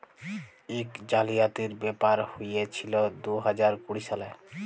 ইক জালিয়াতির ব্যাপার হঁইয়েছিল দু হাজার কুড়ি সালে